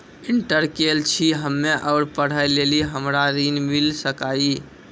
Inter केल छी हम्मे और पढ़े लेली हमरा ऋण मिल सकाई?